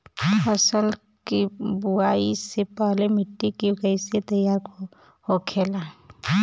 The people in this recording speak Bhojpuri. फसल की बुवाई से पहले मिट्टी की कैसे तैयार होखेला?